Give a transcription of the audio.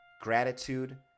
gratitude